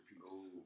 peace